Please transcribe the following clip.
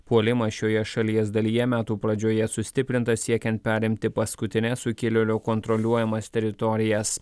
puolimas šioje šalies dalyje metų pradžioje sustiprinta siekiant perimti paskutines sukilėlių kontroliuojamas teritorijas